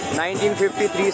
1953